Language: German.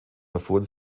erfuhren